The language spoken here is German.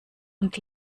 und